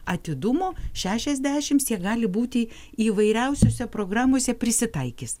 atidumo šešiasdešims jie gali būti įvairiausiose programose prisitaikys